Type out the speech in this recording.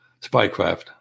spycraft